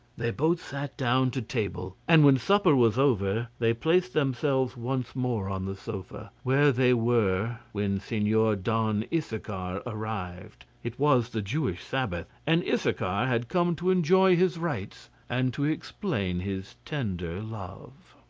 they both sat down to table, and, when supper was over, they placed themselves once more on the sofa where they were when signor don issachar arrived. it was the jewish sabbath, and issachar had come to enjoy his rights, and to explain his tender love.